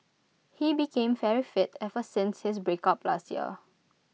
he became very fit ever since his breakup last year